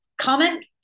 Comment